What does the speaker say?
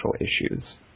issues